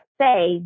say